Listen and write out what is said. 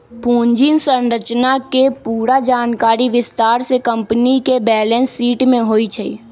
पूंजी संरचना के पूरा जानकारी विस्तार से कम्पनी के बैलेंस शीट में होई छई